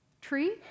tree